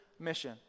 mission